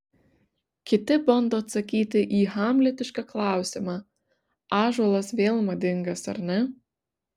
kiti bando atsakyti į hamletišką klausimą ąžuolas vėl madingas ar ne